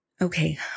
Okay